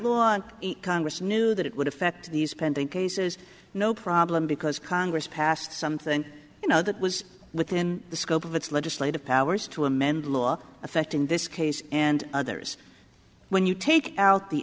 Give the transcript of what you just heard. and congress knew that it would affect these pending cases no problem because congress passed something you know that was within the scope of its legislative powers to amend law affecting this case and others when you take out the